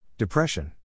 Depression